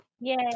yay